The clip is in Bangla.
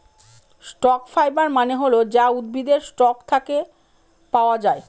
স্টক ফাইবার মানে হল যা উদ্ভিদের স্টক থাকে পাওয়া যায়